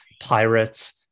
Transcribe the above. Pirates